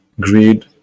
greed